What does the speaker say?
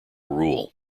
rule